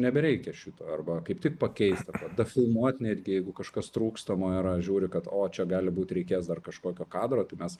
nebereikia šito arba kaip tik pakeist arba dafilmuot netgi jeigu kažkas trūkstamo yra žiūri kad o čia gali būt reikės dar kažkokio kadro tai mes